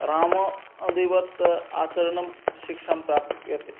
रामादिवत् आचरणं शिक्षा प्राप्यते